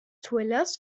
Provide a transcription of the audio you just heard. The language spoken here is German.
thrillers